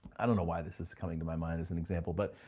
i don't know why this is coming to my mind as an example, but,